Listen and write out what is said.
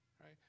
right